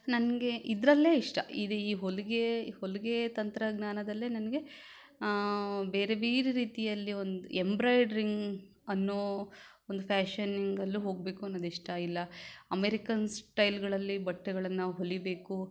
ನನಗೆ ಇದರಲ್ಲೇ ಇಷ್ಟ ಇದು ಈ ಹೊಲಿಗೆ ಹೊಲಿಗೆ ತಂತ್ರಜ್ಞಾನದಲ್ಲೇ ನನಗೆ ಬೇರೆ ಬೇರೆ ರೀತಿಯಲ್ಲಿ ಒಂದು ಎಂಬ್ರಾಯ್ಡ್ರಿಂಗ್ ಅನ್ನೋ ಒಂದು ಫ್ಯಾಷನಿಂಗಲ್ಲೂ ಹೋಗಬೇಕು ಅನ್ನೋದು ಇಷ್ಟ ಇಲ್ಲ ಅಮೆರಿಕನ್ ಸ್ಟೈಲ್ಗಳಲ್ಲಿ ಬಟ್ಟೆಗಳನ್ನು ಹೊಲಿಯಬೇಕು